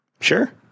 Sure